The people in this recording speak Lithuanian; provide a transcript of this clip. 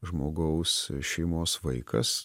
žmogaus šeimos vaikas